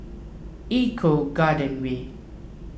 Eco Garden Way